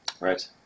Right